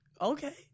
Okay